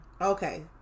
okay